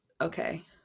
okay